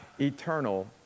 eternal